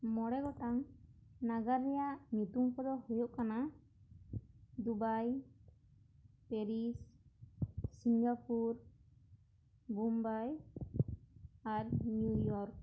ᱢᱚᱬᱮ ᱜᱚᱴᱟᱝ ᱱᱟᱜᱟᱨ ᱨᱮᱭᱟᱜ ᱧᱩᱛᱩᱢ ᱠᱚ ᱫᱚ ᱦᱩᱭᱩᱜ ᱠᱟᱱᱟ ᱫᱩᱵᱟᱭ ᱯᱮᱨᱤᱥ ᱥᱤᱝᱜᱟᱯᱩᱨ ᱵᱩᱢᱵᱟᱭ ᱟᱨ ᱱᱤᱭᱩᱭᱚᱨᱠ